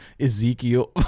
Ezekiel